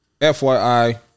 FYI